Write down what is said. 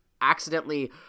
accidentally